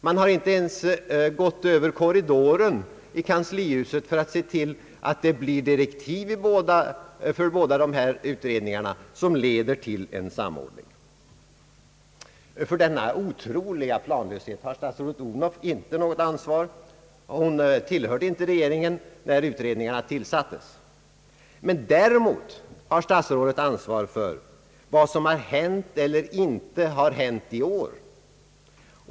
Man har inte ens gått över korridoren i kanslihuset för att se till att det blivit direktiv för båda dessa utredningar som leder till en samordning. Om en familjepolitisk reform För denna otroliga planlöshet har statsrådet Odhnoff inte något ansvar. Hon tillhörde inte regeringen när utredningarna tillsattes. Däremot har statsrådet Odhnoff ansvaret för vad som har hänt eller inte har hänt i år.